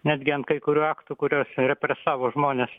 netgi ant kai kurių aktų kuriuos represavo žmones